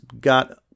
got